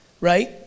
right